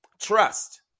trust